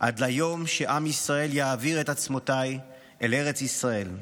'עד ליום שעם ישראל יעביר את עצמותיו אל ארץ ישראל'.